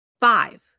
five